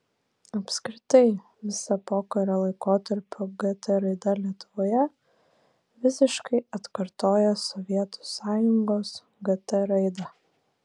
apskritai visa pokario laikotarpio gt raida lietuvoje visiškai atkartoja sovietų sąjungos gt raidą